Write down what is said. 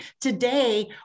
Today